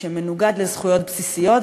שמנוגד לזכויות בסיסיות,